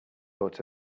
vote